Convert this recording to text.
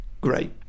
great